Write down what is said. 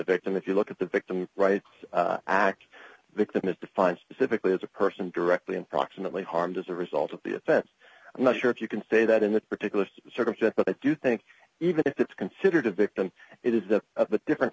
victim if you look at the victim rights act victim is defined specifically as a person directly and proximately harmed as a result of the offense i'm not sure if you can say that in this particular circumstance but i do think even if it's considered a victim it is a different